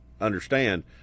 understand